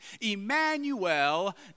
Emmanuel